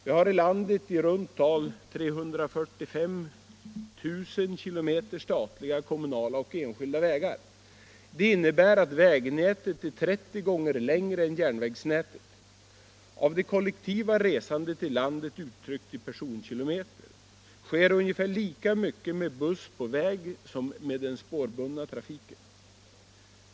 Vi har i landet i runt tal 345 000 km statliga, kommunala och enskilda vägar. Det innebär att vägnätet är 30 gånger längre än järnvägsnätet. Av det kollektiva resandet i landet, uttryckt i personkilometer, sker ungefär lika mycket med buss på väg som med den spårbundna trafiken.